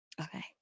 Okay